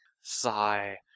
Sigh